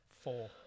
four